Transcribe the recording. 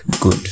good